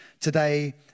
today